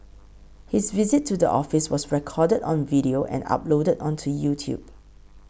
his visit to the office was recorded on video and uploaded onto YouTube